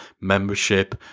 membership